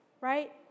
right